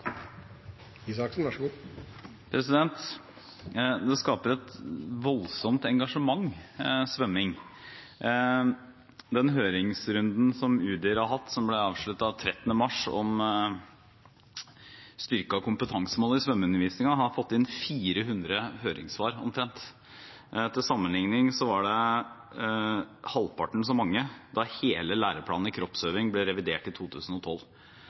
Det skaper et voldsomt engasjement, svømming. Den høringsrunden som Utdanningsdirektoratet har hatt, og som ble avsluttet 13. mars, om styrkede kompetansemål i svømmeundervisningen, har fått inn omtrent 400 høringssvar. Til sammenligning var det halvparten så mange da hele læreplanen i kroppsøving ble revidert i 2012.